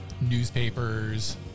newspapers